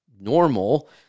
normal